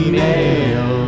Email